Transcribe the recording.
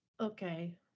Okay